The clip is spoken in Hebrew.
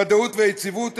ודאות ויציבות,